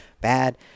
bad